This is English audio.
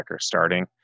starting